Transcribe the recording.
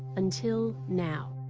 until now.